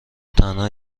تنها